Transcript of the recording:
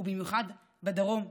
ובמיוחד בדרום,